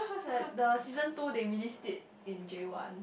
like the season two they released it in J one